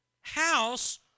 house